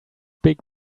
big